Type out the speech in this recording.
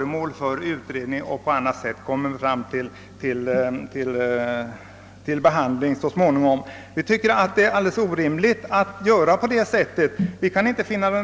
under utredning eller kommer att behandlas på annat sätt. Det skulle vara alldeles orimligt att på detta sätt börja nya utredningar.